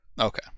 Okay